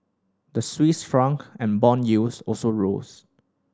the Swiss franc and bond yields also rose